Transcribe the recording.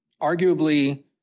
Arguably